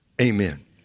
Amen